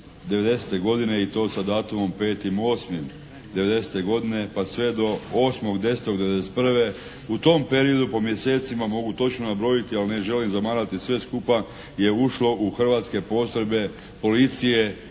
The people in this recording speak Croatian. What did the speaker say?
'90. godine i to sa datumom 5.8.'90. godine pa sve do 8.10.'91. u tom periodu po mjesecima mogu točno nabrojiti, ali ne želim zamarati, sve skupa je ušlo u hrvatske postrojbe policije